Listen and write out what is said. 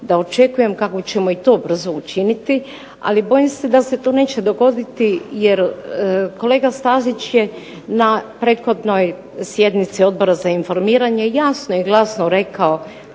da očekujem kako i ćemo to brzo učiniti. Ali bojim se da se to neće dogoditi, jer kolega Stazić je na prethodnoj sjednici Odbora za informiranje jasno i glasno rekao